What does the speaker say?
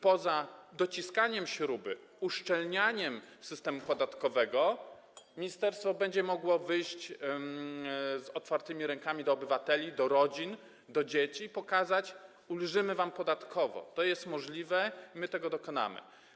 Poza dokręcaniem śruby, uszczelnianiem systemu podatkowego ministerstwo będzie mogło wyjść z otwartymi rękami do obywateli, do rodzin, do dzieci i powiedzieć: ulżymy wam podatkowo, to jest możliwe, my tego dokonamy.